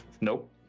Nope